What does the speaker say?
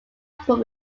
from